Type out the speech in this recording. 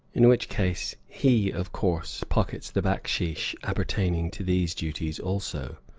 in which case he of course pockets the backsheesh appertaining to these duties also.